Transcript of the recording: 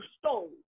stole